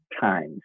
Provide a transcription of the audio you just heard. times